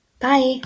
Bye